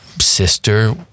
sister